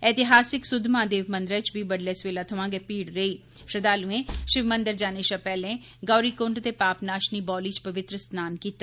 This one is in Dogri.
ऐतिहासिक सुध महादेव मंदरै च बी बड़ुलै सवेला थमां गै भीड़ रेई श्रद्वालुएं शिव मंदर जाने शा पैहलें गौरीकुंड ते पाप नाशनी बौली च पवित्र स्नान कीता